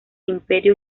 imperio